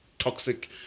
toxic